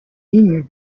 lignes